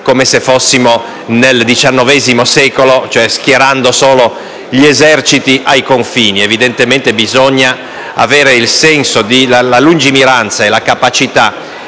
come se fossimo nel XIX secolo, cioè solo schierando gli eserciti ai confini: ovviamente, bisogna avere la lungimiranza e la capacità